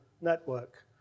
network